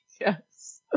Yes